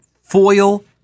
foil